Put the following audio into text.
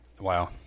Wow